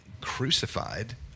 crucified